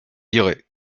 lirez